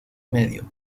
medio